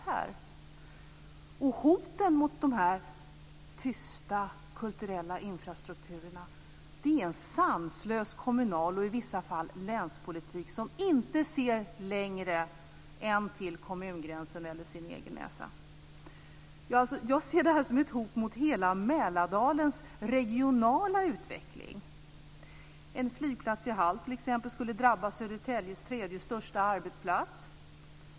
Hoten mot dessa tysta kulturella infrastrukturer är en sanslös kommunal och, i vissa fall, länspolitik som inte ser längre än till kommungränsen eller sin egen näsa. Jag ser det här som ett hot mot hela Mälardalens regionala utveckling. En flygplats i Hall t.ex. skulle drabba Södertäljes tredje största arbetsplats.